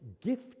gift